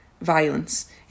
violence